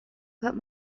but